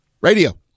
Radio